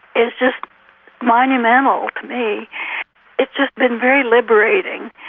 it's just monumental to me it's just been very liberating.